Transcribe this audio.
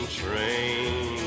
train